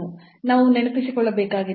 ನಾವು ನೆನಪಿಸಿಕೊಳ್ಳಬೇಕಾಗಿದೆ